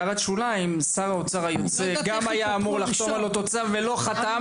הערת שוליים: שר האוצר היוצא גם היה אמור לחתום על אותו צו ולא חתם,